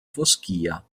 foschia